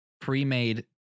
Pre-made